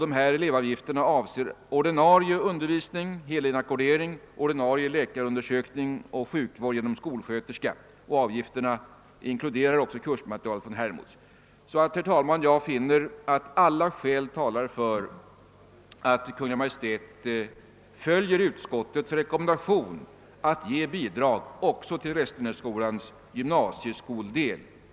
Dessa elevavgifter avser ordinarie undervisning, helinackordering, ordinarie läkarundersökning och sjukvård genom skolsköterska. Avgifterna inkluderar också kursmaterial från Hermods. Jag finner alltså att alla skäl talar för att riksdagen följer utskottets rekommendation att ge bidrag också till Restenässkolans gymnasieskoldel. Herr talman!